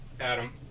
Adam